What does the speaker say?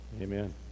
amen